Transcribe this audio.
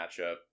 matchup